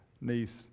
niece